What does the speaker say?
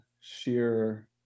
sheer